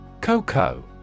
Coco